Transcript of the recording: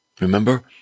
Remember